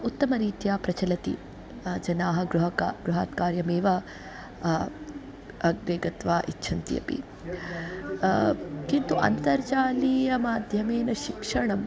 उत्तमरीत्या प्रचलति जनाः गृहकार्यं गृहात् कार्यमेव अद्य गत्वा इच्छन्ति अपि किन्तु अन्तर्जालीय माध्यमेन शिक्षणम्